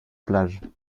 plage